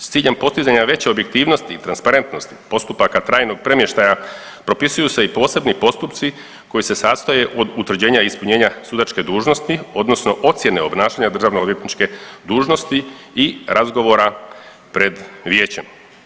S ciljem postizanja veće objektivnosti i transparentnosti postupaka trajnog premještaja propisuju se i posebni postupci koji se sastoje od utvrđenja ispunjenja sudačke dužnosti odnosno ocjene obnašanja državno odvjetničke dužnosti i razgovora pred vijećem.